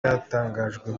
yatangajwe